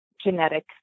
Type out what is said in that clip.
genetic